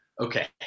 Okay